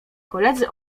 koledzy